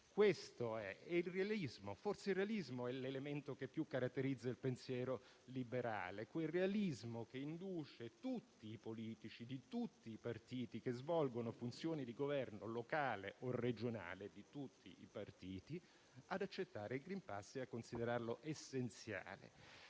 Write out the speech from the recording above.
Questo è, e il realismo forse è l'elemento che più caratterizza il pensiero liberale, quel realismo che induce tutti i politici, di tutti i partiti che svolgono funzioni di governo locale o regionale, ad accettare il *green pass* e a considerarlo essenziale.